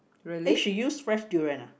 eh she use fresh durian ah